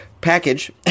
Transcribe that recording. package